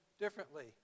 differently